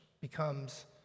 becomes